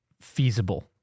feasible